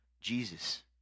Jesus